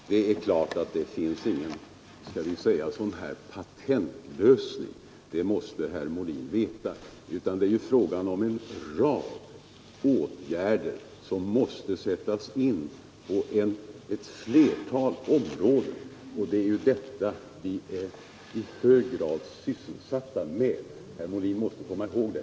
Herr talman! Det är klart att det inte finns någon patentlösning — det måste herr Molin veta — utan det är ju fråga om en rad åtgärder som skall sättas in på ett flertal områden. Detta är vi i hög grad sysselsatta med — herr Molin måste komma ihåg det.